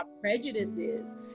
prejudices